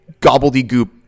gobbledygook